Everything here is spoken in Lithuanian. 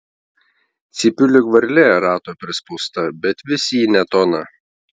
cypiu lyg varlė rato prispausta bet vis į ne toną